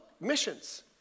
missions